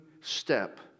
step